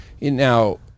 Now